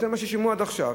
יותר ממה ששילמו עד עכשיו.